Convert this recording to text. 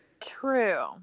True